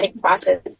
process